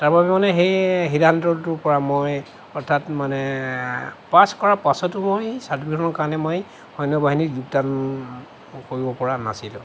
তাৰ বাবে মানে সেই সিদ্ধান্তটোৰ পৰা মই অৰ্থাৎ মানে পাছ কৰা পাছতো মই চাৰ্টিফিকেটখনৰ কাৰণে মই সৈন্য বাহিনীত যোগদান কৰিব পৰা নাছিলোঁ